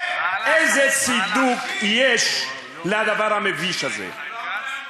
תקשיב למה שהוא אומר.